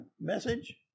message